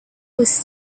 was